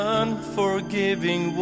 unforgiving